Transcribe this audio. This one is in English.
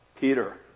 Peter